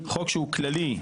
חוק שהוא כללי.